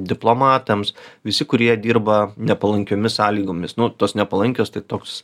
diplomatams visi kurie dirba nepalankiomis sąlygomis nu tos nepalankios tai toks